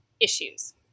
issues